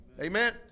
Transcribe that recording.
Amen